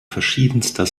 verschiedenster